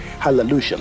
Hallelujah